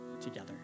together